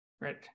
right